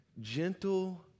gentle